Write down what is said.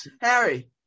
Harry